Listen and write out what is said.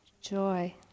joy